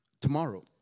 tomorrow